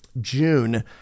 June